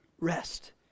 rest